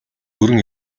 бүрэн